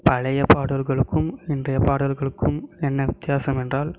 பழைய பாடல்களுக்கும் இன்றைய பாடல்களுக்கும் என்ன வித்தியாசம் என்றால்